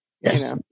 yes